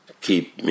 keep